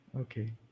okay